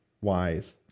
wise